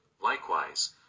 Likewise